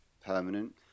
permanent